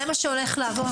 זה מה שהולך לעבור.